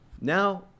Now